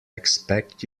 expect